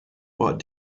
what